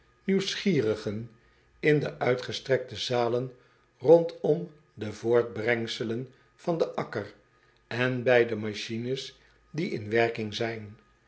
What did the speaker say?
nieuwsgierigen in de uitgestrekte zalen rondom de voortbrengselen van den akker en bij de machines die in werking zijn